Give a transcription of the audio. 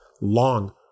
long